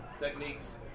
techniques